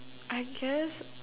I guess